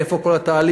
איפה כל התהליך?